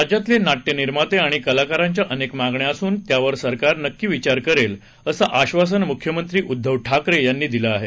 राज्यातले नाट्य निर्माते आणि कलाकारांच्या अनेक मागण्या असून त्यावर सरकार नक्की विचार करेल असं आश्वासन मुख्यमंत्री उद्धव ठाकरे यांनी दिलं आहे